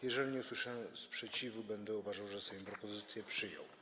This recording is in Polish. Jeżeli nie usłyszę sprzeciwu, będę uważał, że Sejm propozycję przyjął.